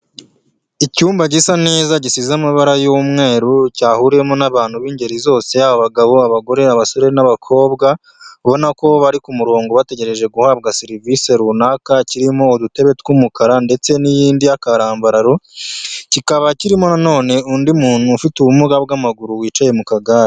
Icyumba gisa neza gisize amabara y'umweru cyahuriyemo n'abantu b'ingeri zose abagabo, abagore, abasore n'abakobwa, ubona ko bari ku murongo bategereje guhabwa serivisi runaka kirimo udutebe tw'umukara ndetse n'iyindi y'akarambararo, kikaba kirimo nanone undi muntu ufite ubumuga bw'amaguru wicaye mu kagare.